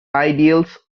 ideals